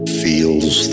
feels